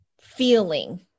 feeling